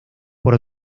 por